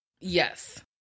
Yes